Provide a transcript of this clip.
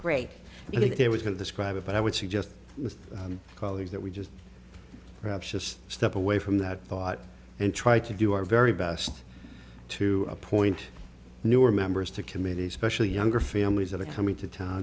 there was going to describe it but i would suggest with colleagues that we just perhaps just step away from that thought and try to do our very best to appoint newer members to committees specially younger families that are coming to town